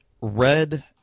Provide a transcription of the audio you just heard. red